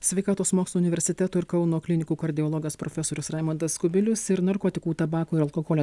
sveikatos mokslų universiteto ir kauno klinikų kardiologas profesorius raimondas kubilius ir narkotikų tabako ir alkoholio